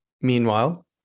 Meanwhile